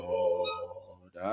Lord